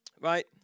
Right